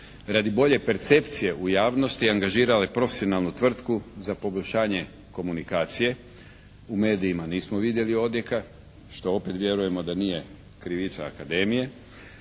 radi bolje percepcije u javnosti, angažirala profesionalnu tvrtku za poboljšanje komunikacije, u medijima nismo vidjeli odjeka, što opet vjerujemo da nije krivica Akademije.